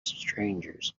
strangers